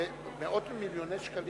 זה מאות מיליוני שקלים?